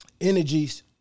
energies